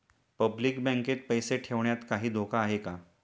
Public बँकेत पैसे ठेवण्यात काही धोका आहे का?